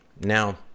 Now